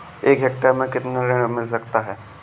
एक हेक्टेयर में कितना ऋण मिल सकता है?